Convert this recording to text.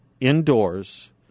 indoors